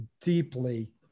deeply